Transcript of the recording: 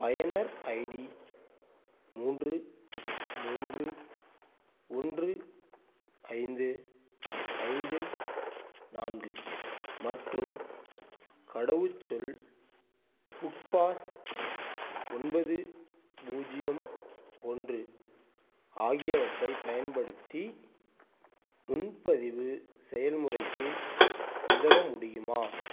பயனர் ஐடி மூன்று மூன்று ஒன்று ஐந்து ஐந்து நான்கு மற்றும் கடவுச்சொல் புக் பாஸ் ஒன்பது பூஜ்ஜியம் ஒன்று ஆகியவற்றை பயன்படுத்தி முன்பதிவு செயல்முறைக்கு உதவ முடியுமா